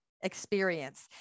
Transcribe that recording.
experience